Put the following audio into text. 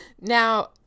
now